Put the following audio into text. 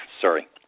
Sorry